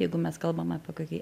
jeigu mes kalbam apie kokį